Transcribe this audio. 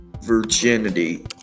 Virginity